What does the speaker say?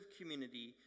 community